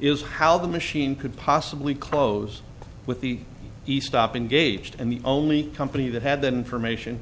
is how the machine could possibly close with the he stopped engaged and the only company that had the information